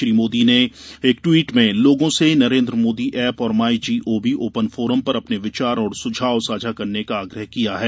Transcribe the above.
श्री मोदी ने एक टवीट में लोगों से नरेन्द्र मोदी एप और माईजीओवी ओपन फोरम पर अपने विचार और सुझाव साझा करने का आग्रह किया है